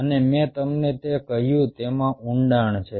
અને મેં તમને તે કહ્યું તેમાં ઊંડાણ છે